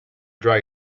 dry